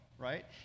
right